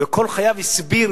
וכל חייו הסביר,